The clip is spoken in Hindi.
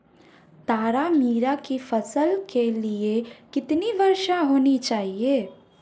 तारामीरा की फसल के लिए कितनी वर्षा होनी चाहिए?